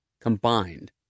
combined